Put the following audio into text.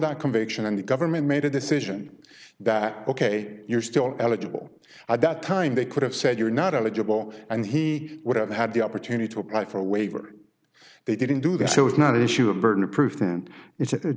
that conviction and the government made a decision that ok you're still eligible at that time they could have said you're not eligible and he would have had the opportunity to apply for a waiver they didn't do that so it's not an issue of burden of proof then it's a